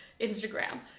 Instagram